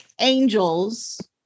angels